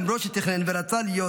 למרות שתכנן ורצה להיות,